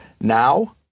Now